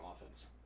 offense